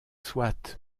soit